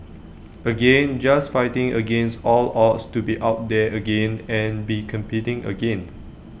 again just fighting against all odds to be out there again and be competing again